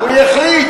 הוא החליט.